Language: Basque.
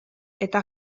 eta